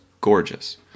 gorgeous